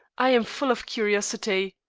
i am full of curiosity.